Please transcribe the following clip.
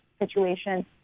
Situation